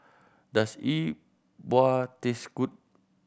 does E Bua taste good